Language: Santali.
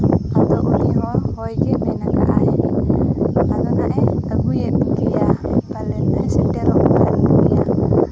ᱟᱫᱚ ᱩᱱᱤ ᱦᱚᱸ ᱦᱳᱭ ᱜᱮ ᱢᱮᱱ ᱟᱠᱟᱫᱼᱟᱭ ᱟᱫᱚ ᱱᱟᱦᱟᱸᱜ ᱮ ᱟᱹᱜᱩᱭᱮᱫ ᱜᱮᱭᱟ ᱯᱟᱞᱮᱫ ᱱᱟᱦᱟᱸᱜ ᱮ ᱥᱮᱴᱮᱨᱚᱜ ᱜᱮᱭᱟ